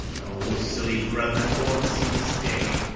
o silly brethren, born to see this day,